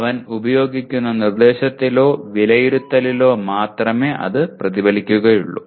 അവൻ ഉപയോഗിക്കുന്ന നിർദ്ദേശത്തിലോ വിലയിരുത്തലിലോ മാത്രമേ അത് പ്രതിഫലിക്കുകയുള്ളൂ